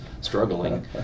struggling